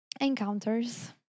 Encounters